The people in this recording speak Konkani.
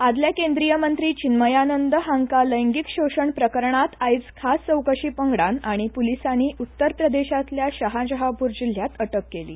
आदले केंद्रीय मंत्री चिन्मयानंद हांकां लिंगीक शोशण प्रकरणांत आयज खास चवकशी पंगडान आनी पुलिसांनी उत्तर प्रदेशांतल्या शहाजहांपूर जिल्ल्यांत अटक केली